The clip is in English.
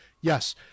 Yes